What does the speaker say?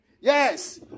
Yes